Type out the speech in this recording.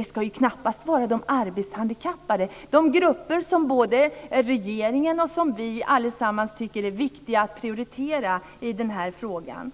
Det ska knappast vara de arbetshandikappade som ska drabbas. Det är en grupp som regeringen och vi allesammans tycker är viktig att prioritera i den här frågan.